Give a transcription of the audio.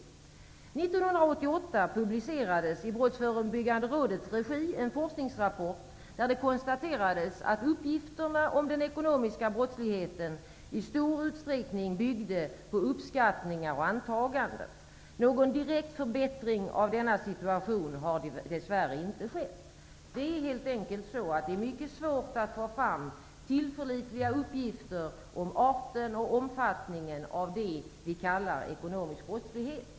År 1988 publicerades i Brottsförebyggande rådets regi en forskningsrapport, där det konstaterades att uppgifterna om den ekonomiska brottsligheten i stor utsträckning byggde på uppskattningar och antaganden. Någon direkt förbättring av denna situation har dessvärre inte skett. Det är helt enkelt så, att det är mycket svårt att få fram tillförlitliga uppgifter om arten och omfattningen av det vi kallar ekonomisk brottslighet.